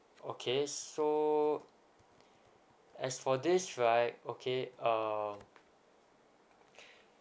okay so as for this right okay um